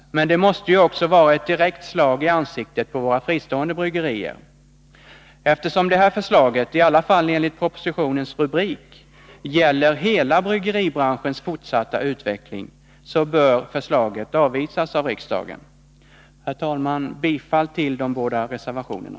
Men det måste ju också vara ett direkt slag i ansiktet på våra fristående bryggerier. Eftersom det här förslaget, i alla fall enligt propositionens rubrik, gäller hela bryggeribranschens fortsatta utveckling, så bör förslaget avvisas av riksdagen. Herr talman! Jag yrkar bifall till de båda reservationerna.